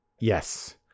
Yes